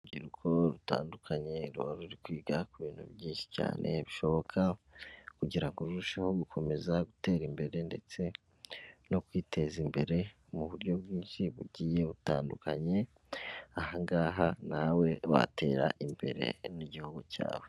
Urubyiruko rutandukanye ruba ruri kwiga ku bintu byinshi cyane bishoboka kugira ngo rurusheho gukomeza gutera imbere ndetse no kwiteza imbere mu buryo bwinshi bugiye butandukanye, aha ngaha nawe watera imbere n'igihugu cyawe.